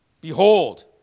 Behold